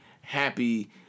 happy